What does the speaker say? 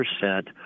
percent